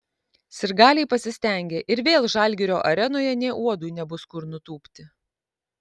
sirgaliai pasistengė ir vėl žalgirio arenoje nė uodui nebus kur nutūpti